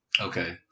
okay